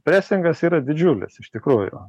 presingas yra didžiulis iš tikrųjų